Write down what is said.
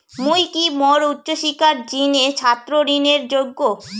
মুই কি মোর উচ্চ শিক্ষার জিনে ছাত্র ঋণের যোগ্য?